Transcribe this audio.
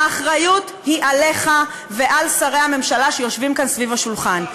האחריות היא עליך ועל שרי הממשלה שיושבים כאן סביב השולחן.